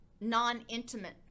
non-intimate